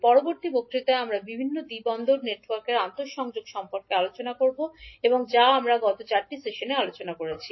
পরবর্তী বক্তৃতায় আমরা বিভিন্ন দ্বি পোর্ট নেটওয়ার্কের আন্তঃসংযোগ সম্পর্কে আলোচনা করব যা আমরা গত ৪ টি সেশনে আলোচনা করেছি